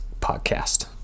podcast